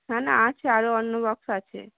না না আছে আরও অন্য বাক্স আছে